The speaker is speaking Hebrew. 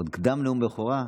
עוד קדם נאום בכורה.